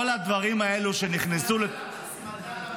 כל הדברים האלה שנכנסו --- הצמדה למדד.